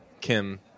Kim